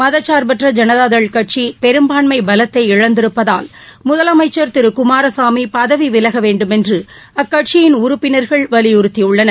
மதசா்பற்ற ஜனதாதள் கட்சி பெரும்பான்மை பலத்தை இழந்திருப்பதால் முதலமைச்சா் திரு எச் டி டகுமாரசாமி பதவி விலக வேண்டுமென்று அக்கட்சியின் உறுப்பினர்கள் வலிபுறுத்தியுள்ளன்